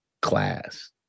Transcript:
class